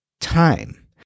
Time